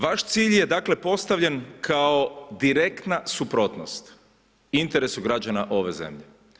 Vaš cilj je dakle postavljen kao direktna suprotnost interesu građana ove zemlje.